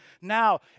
now